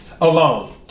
alone